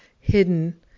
hidden